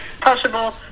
possible